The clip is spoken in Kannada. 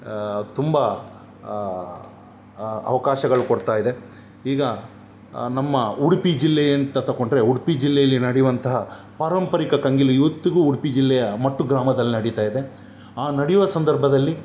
ತುಂಬ ಅವಕಾಶಗಳು ಕೊಡ್ತಾಯಿದೆ ಈಗ ನಮ್ಮ ಉಡುಪಿ ಜಿಲ್ಲೆ ಅಂತ ತಗೊಂಡ್ರೆ ಉಡುಪಿ ಜಿಲ್ಲೆಯಲ್ಲಿ ನಡೆಯುವಂತಹ ಪಾರಂಪರಿಕ ಕಣಗಿಲೆ ಇವತ್ತಿಗೂ ಉಡುಪಿ ಜಿಲ್ಲೆಯ ಮಟ್ಟು ಗ್ರಾಮದಲ್ಲಿ ನಡೀತಾ ಇದೆ ಆ ನಡೆಯುವ ಸಂದರ್ಭದಲ್ಲಿ